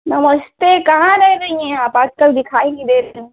नमस्ते कहाँ रह गई हैं आप आजकल दिखाई नहीं दे रही हैं